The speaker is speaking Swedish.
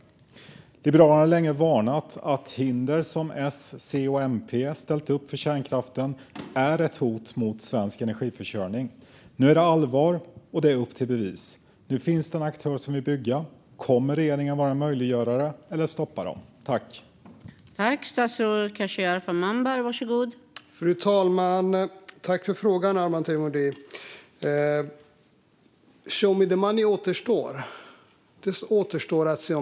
Liberalerna har länge varnat för att hinder som S, C och MP ställt upp för kärnkraften är ett hot mot svensk energiförsörjning. Nu är det allvar, och det är upp till bevis. Nu finns det en aktör som vill bygga. Kommer regeringen att vara en möjliggörare, eller kommer man att stoppa dem?